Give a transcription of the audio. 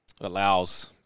allows